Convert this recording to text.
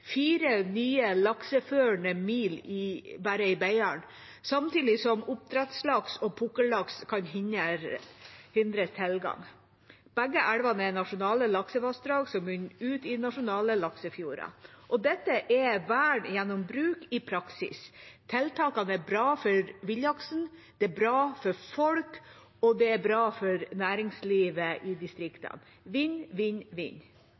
fire nye lakseførende mil bare i Beiarelva – samtidig som oppdrettslaks og pukkellaks kan hindres tilgang. Begge elvene er nasjonale laksevassdrag som munner ut i nasjonale laksefjorder. Dette er vern gjennom bruk i praksis. Tiltakene er bra for villaksen, for folk og for næringslivet i distriktene – vinn-vinn-vinn. I denne saken har kommunene Beiarn, Grane, Hattfjelldal og Vefsn jobbet bra